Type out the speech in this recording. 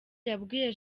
yabwiye